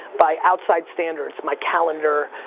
by outside standards, my calendar,